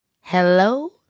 hello